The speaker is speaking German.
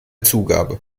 zugabe